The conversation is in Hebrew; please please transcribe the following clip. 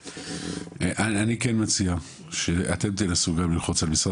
אני כן מציע שאתם תנסו גם ללחוץ על משרד